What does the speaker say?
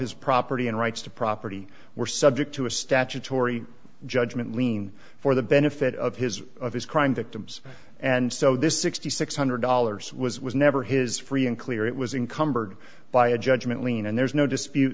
his property and rights to property were subject to a statutory judgment lien for the benefit of his of his crime victims and so this six thousand six hundred dollars was was never his free and clear it was income by a judgment lien and there's no dispute